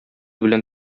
белән